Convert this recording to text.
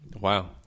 wow